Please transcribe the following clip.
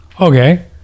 Okay